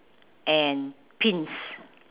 and pins